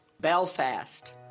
Belfast